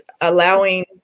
allowing